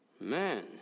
man